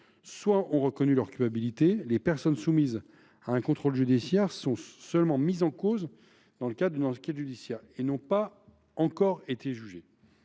soit ont reconnu leur culpabilité, les personnes soumises à un contrôle judiciaire sont seulement mises en cause dans une enquête judiciaire et n’ont pas encore été jugées.